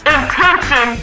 intention